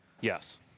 Yes